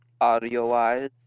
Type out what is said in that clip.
audio-wise